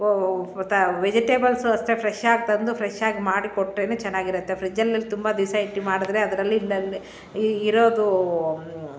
vegetables ಅಷ್ಟೆ ಫ್ರೆಶಾಗಿ ತಂದು ಫ್ರೆಶಾಗಿ ಮಾಡಿಕೊಟ್ರೆ ಚೆನ್ನಾಗಿರತ್ತೆ ಫ್ರಿಡ್ಜಲ್ ತುಂಬ ದಿವಸ ಇಟ್ಟು ಮಾಡಿದ್ರೆ ಅದರಲ್ಲಿ ಇರೋದೂ